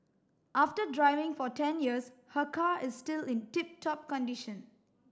after driving for ten years her car is still in tip top condition